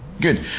Good